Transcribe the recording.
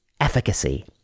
efficacy